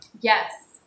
Yes